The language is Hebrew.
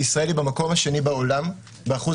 ישראל היא המקום השני בעולם באחוז